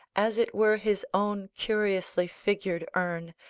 as it were his own curiously figured urn,